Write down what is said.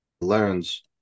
learns